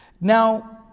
Now